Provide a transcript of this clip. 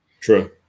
True